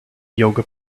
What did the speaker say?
yoga